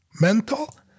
Mental